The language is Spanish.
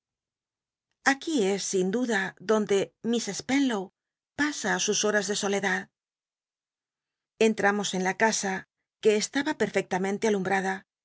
aquí es sin duda donde miss spcnlow pasa sus horas de soledad entmmos en la casa que estaba perfectamente alumbada